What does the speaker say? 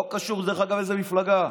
לא קשור לאיזו מפלגה,